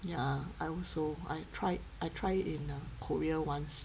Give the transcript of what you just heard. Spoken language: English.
ya I also I tried I tried in uh korea once